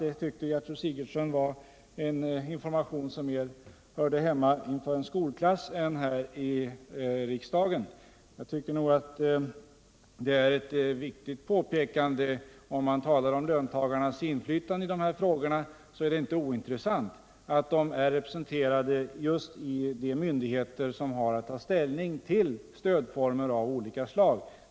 Detta tyckte Gertrud Sigurdsen var en information som mer hörde hemma inför en skolklass än här i riksdagen. Men jag tycker det är ett viktigt påpekande. Om man talar om löntagarnas inflytande i de här frågorna, så är det inte ointressant att de är representerade just i de myndigheter som har att ta ställning till stödformer av olika slag.